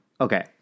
okay